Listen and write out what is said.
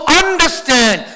understand